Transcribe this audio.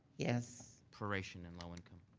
yes. proration and low income.